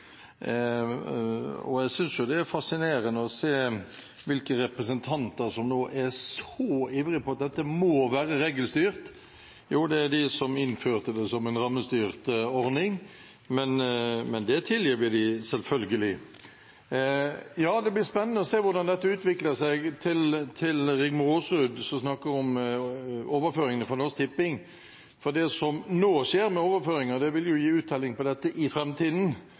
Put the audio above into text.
retorikk. Jeg synes det er fascinerende å se hvilke representanter som nå er så ivrige på at dette må være regelstyrt. Jo, det er de som innførte det som en rammestyrt ordning – men det tilgir vi dem, selvfølgelig. Til Rigmor Aasrud, som snakker om overføringene fra Norsk Tipping: Ja, det blir spennende å se hvordan dette utvikler seg, for det som nå skjer med overføringer, vil gi uttelling på dette i